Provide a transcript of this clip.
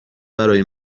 برای